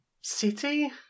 city